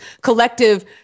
collective